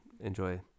enjoy